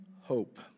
hope